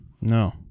no